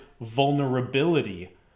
vulnerability